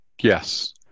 yes